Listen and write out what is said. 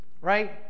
right